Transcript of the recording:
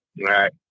right